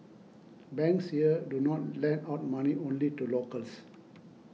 banks here do not lend out money only to locals